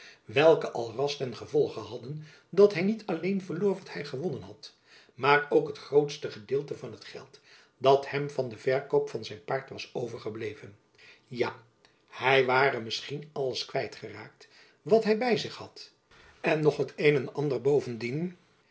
welke al ras ten gevolge hadden dat hy niet alleen verloor wat hy gewonnen had maar ook het grootste gedeelte van het geld dat hem van den verkoop van zijn paard was overgebleven ja hy ware misschien alles kwijt geraakt wat hy by zich had en nog het een en ander bovendien